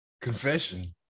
Confession